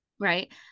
right